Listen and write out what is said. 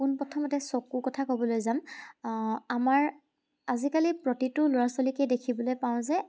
পোনপ্ৰথমতে চকুৰ কথা ক'বলৈ যাম আমাৰ আজিকালি প্ৰতিটো ল'ৰা ছোৱালীকে দেখিবলৈ পাওঁ যে